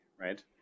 Right